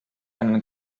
einen